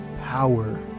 power